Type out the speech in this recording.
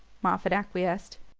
moffatt acquiesced